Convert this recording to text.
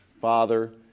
father